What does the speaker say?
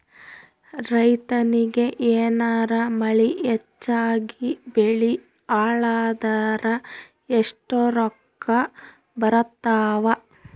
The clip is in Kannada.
ರೈತನಿಗ ಏನಾರ ಮಳಿ ಹೆಚ್ಚಾಗಿಬೆಳಿ ಹಾಳಾದರ ಎಷ್ಟುರೊಕ್ಕಾ ಬರತ್ತಾವ?